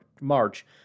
March